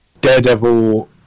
Daredevil